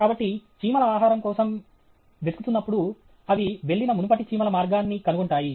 కాబట్టి చీమలు ఆహారం కోసం వెతుకుతున్నప్పుడు అవి వెళ్ళిన మునుపటి చీమల మార్గాన్ని కనుగొంటాయి